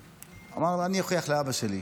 אמר: אני אוכיח לאבא שלי.